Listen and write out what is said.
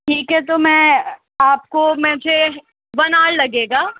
ٹھیک ہے تو میں آپ کو میں مجھے ون آر لگے گا